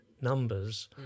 numbers